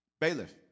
Bailiff